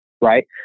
right